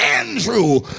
Andrew